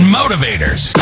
motivators